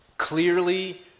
clearly